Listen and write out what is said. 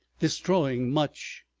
destroying much.